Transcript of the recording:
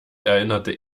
erinnerte